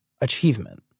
achievement